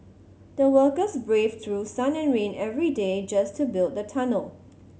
the workers braved through sun and rain every day just to build the tunnel